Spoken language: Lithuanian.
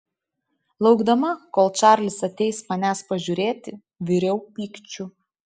laukdama kol čarlis ateis manęs pažiūrėti viriau pykčiu